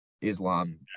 Islam